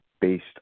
based